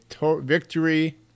victory